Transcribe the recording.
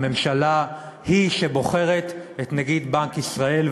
הממשלה היא שבוחרת את נגיד בנק ישראל,